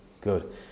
good